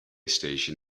station